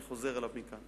אני חוזר אליו מכאן.